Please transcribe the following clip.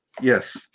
yes